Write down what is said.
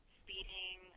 speeding